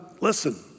listen